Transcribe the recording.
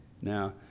now